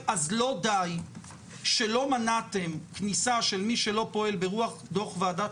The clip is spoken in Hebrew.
אז לא די שלא מנעתם כניסה של מי שלא פועל ברוח ועדת